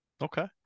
Okay